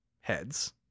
heads